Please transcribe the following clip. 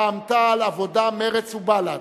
רע"ם-תע"ל, עבודה, מרצ ובל"ד.